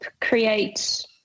create